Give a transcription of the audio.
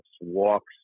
walks